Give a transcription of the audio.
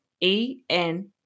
E-N